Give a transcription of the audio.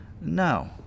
no